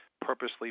purposely